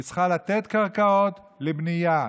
היא צריכה לתת קרקעות לבנייה,